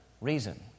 reason